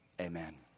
amen